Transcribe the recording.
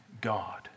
God